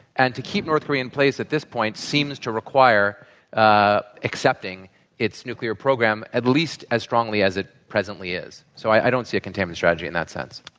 and to keep north korea in place at this point seems to require ah accepting its nuclear program at least as strongly as it presently is. so i don't see a containment strategy in that sense.